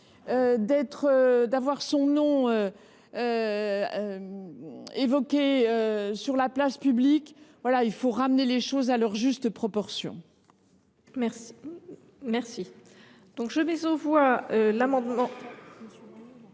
d’avoir son nom évoqué sur la place publique ! Ramenons les choses à leur juste proportion. Je